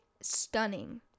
stunning